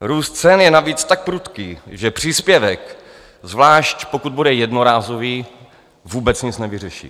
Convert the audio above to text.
Růst cen je navíc tak prudký, že příspěvek, zvlášť pokud bude jednorázový, vůbec nic nevyřeší.